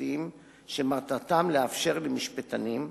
ספרותיים שמטרתם לאפשר למשפטנים,